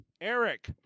Eric